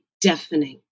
deafening